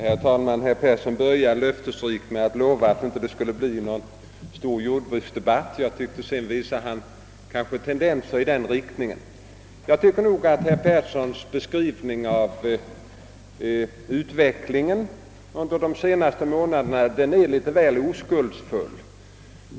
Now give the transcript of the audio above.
Herr talman! Herr Persson började med att lova att det inte skulle bli någon stor jordbruksdebatt, men sedan visade han kanske vissa tendenser i den riktningen. Jag tycker nog att herr Perssons beskrivning av utvecklingen under de senaste månaderna är litet väl oskuldsfull.